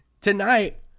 tonight